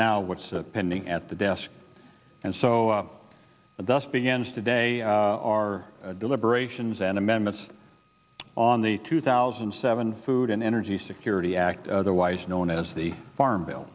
now what's pending at the desk and so the dust begins today our deliberations and amendments on the two thousand and seven food and energy security act otherwise known as the farm bill